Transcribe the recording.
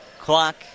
clock